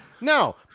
no